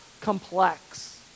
complex